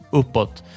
uppåt